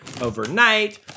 overnight